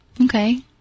Okay